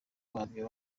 babyo